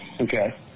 Okay